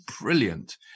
brilliant